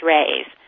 Ray's